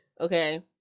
okay